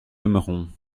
aimerons